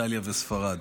איטליה וספרד.